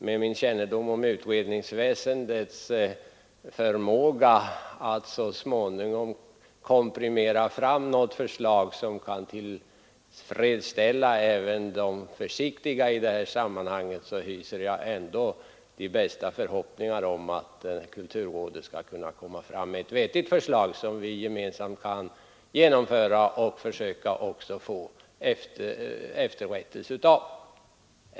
Med min kännedom om utredningsväsendets förmåga att så småningom komprimera fram ett förslag som kan tillfredsställa även de försiktiga, så hyser jag ändå i detta sammanhang de bästa förhoppningar om att kulturrådet skall kunna lägga fram ett vettigt förslag, som vi gemensamt kan genomföra och även försöka få efterlevt.